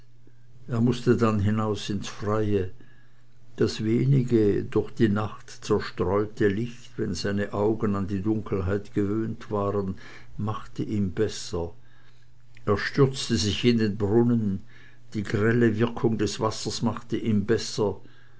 er mußte dann hinaus ins freie das wenige durch die nacht zerstreute licht wenn seine augen an die dunkelheit gewöhnt waren machte ihm besser er stürzte sich in den brunnen die grelle wirkung des wassers machte ihm besser